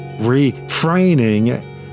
refraining